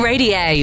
Radio